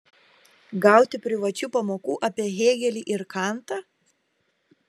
gauti privačių pamokų apie hėgelį ir kantą